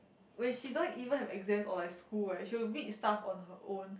when she don't even have exams or like school right she will read stuff on her own